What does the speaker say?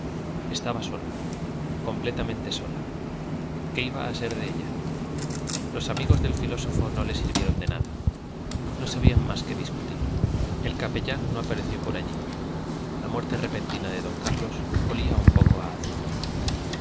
estaba sola completamente sola qué iba a ser de ella los amigos del filósofo no le sirvieron de nada no sabían más que discutir el capellán no apareció por allí la muerte repentina de don carlos olía un poco a azufre